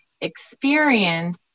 experience